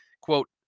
Quote